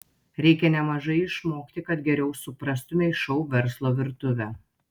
reikia nemažai išmokti kad geriau suprastumei šou verslo virtuvę